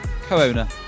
co-owner